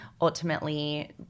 ultimately